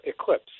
eclipse